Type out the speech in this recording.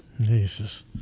Jesus